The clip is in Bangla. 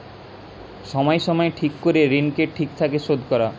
সময় সময় ঠিক করে ঋণকে ঠিক থাকে শোধ করা